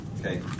Okay